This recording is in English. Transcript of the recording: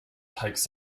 takes